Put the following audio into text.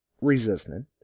resistant